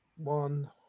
One